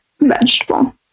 vegetable